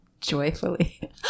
joyfully